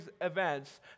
events